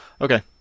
okay